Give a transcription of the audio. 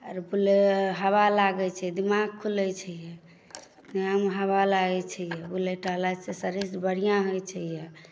आओर बुलैसँ हवा लागैत छै दिमाग खुलैत छै यए इएहमे हवा लागैत छै यए बुलय टहलयसँ शरीर बढ़िआँ होइत छै यए